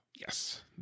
Yes